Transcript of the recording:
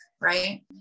right